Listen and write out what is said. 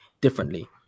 differently